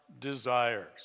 desires